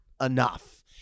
enough